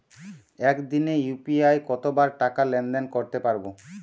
একদিনে ইউ.পি.আই কতবার টাকা লেনদেন করতে পারব?